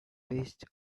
based